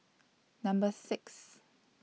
Number six